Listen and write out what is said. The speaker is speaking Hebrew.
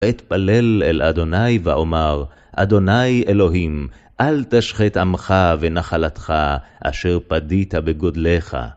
אתפלל אל אדוני ואומר, אדוני אלוהים, אל תשחט עמך ונחלתך, אשר פדית בגודלך.